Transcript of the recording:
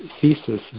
thesis